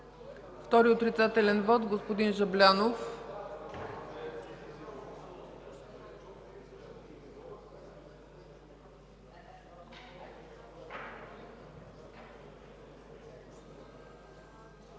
Втори отрицателен вот – господин Жаблянов.